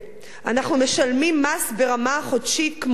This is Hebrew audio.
אנחנו משלמים מס ברמה חודשית כמו שעון,